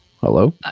Hello